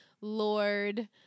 Lord